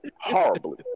horribly